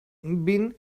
been